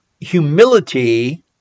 humility